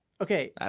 Okay